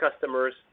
customers